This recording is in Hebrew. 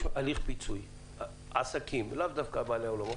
ויש הליך פיצוי לעסקים מצד המדינה.